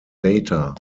data